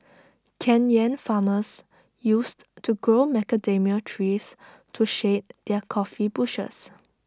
Kenyan farmers used to grow macadamia trees to shade their coffee bushes